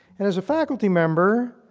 and, as a faculty member,